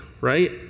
right